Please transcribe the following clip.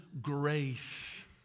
grace